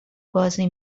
بازی